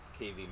KV